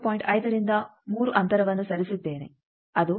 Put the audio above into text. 5 ರಿಂದ 3 ಅಂತರವನ್ನು ಸರಿಸಿದ್ದೇನೆ ಅದು 1